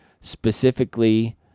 specifically